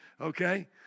okay